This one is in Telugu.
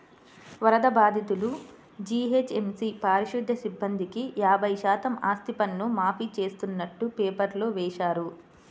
వరద బాధితులు, జీహెచ్ఎంసీ పారిశుధ్య సిబ్బందికి యాభై శాతం ఆస్తిపన్ను మాఫీ చేస్తున్నట్టు పేపర్లో వేశారు